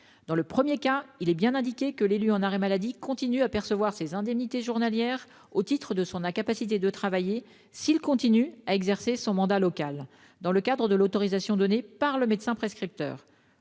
Dans le premier cas, il est bien indiqué que l'élu en arrêt maladie continue à percevoir ses indemnités journalières au titre de son incapacité de travailler s'il continue à exercer son mandat local dans le cadre de l'autorisation donnée par le médecin prescripteur.